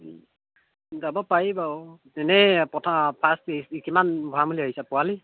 যাব পাৰি বাৰু এনেই ফাৰ্ষ্ট কিমান ভৰাম বুলি ভাবিছা পোৱালি